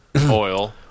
oil